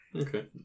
okay